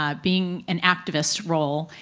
um being an activist role,